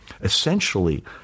essentially